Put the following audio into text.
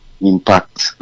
impact